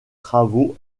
travaux